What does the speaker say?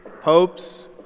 popes